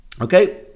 Okay